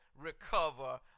recover